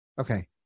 Okay